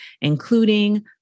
including